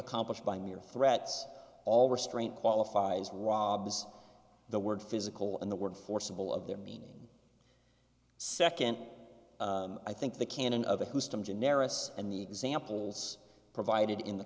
accomplished by mere threats all restraint qualifies robs the word physical and the word forcible of their meaning second i think the canon of acoustic generis and the examples provided in the